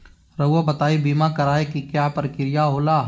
रहुआ बताइं बीमा कराए के क्या प्रक्रिया होला?